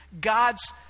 God's